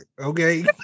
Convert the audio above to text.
Okay